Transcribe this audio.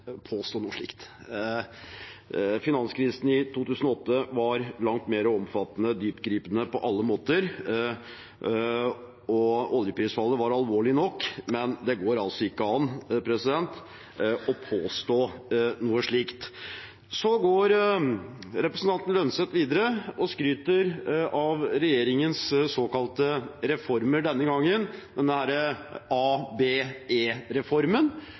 påstå noe slikt. Finanskrisen i 2008 var langt mer omfattende og dyptgripende på alle måter. Oljeprisfallet var alvorlig nok, men det går altså ikke an å påstå noe slikt. Representanten Holm Lønseth går videre og skryter av regjeringens såkalte reformer – denne